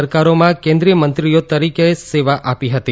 સરકારોમાં કેન્દ્રીયમંત્રી તરીકે સેવાઓ આપી હતી